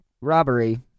robbery